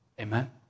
Amen